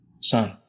Son